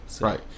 Right